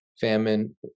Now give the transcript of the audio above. famine